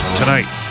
tonight